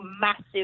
massive